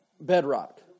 bedrock